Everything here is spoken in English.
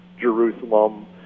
Jerusalem